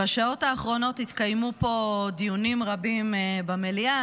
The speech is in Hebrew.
בשעות האחרונות התקיימו פה דיונים רבים במליאה,